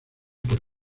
por